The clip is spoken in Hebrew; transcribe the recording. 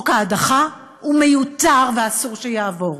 חוק ההדחה הוא מיותר, ואסור שיעבור.